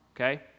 okay